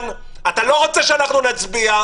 ילמדו הרבה יותר ממה שהם לומדים היום.